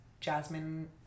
jasmine